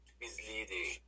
misleading